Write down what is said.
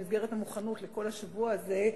במסגרת ההכנות לכל השבוע הזה,